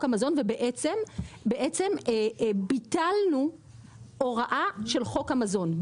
המזון ובעצם ביטלנו הוראה של חוק המזון,